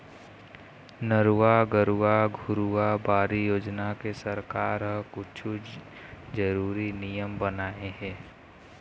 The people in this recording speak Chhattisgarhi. नरूवा, गरूवा, घुरूवा, बाड़ी योजना के सरकार ह कुछु जरुरी नियम बनाए हे